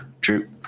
True